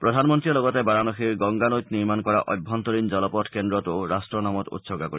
প্ৰধানমন্ত্ৰীয়ে লগতে বাৰানাসীৰ গংগা নৈত নিৰ্মাণ কৰা অভ্যন্তৰীন জলপথ কেন্দ্ৰটোও ৰাষ্ট্ৰৰ নামত উৎসৰ্গা কৰিব